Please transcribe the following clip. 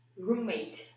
roommate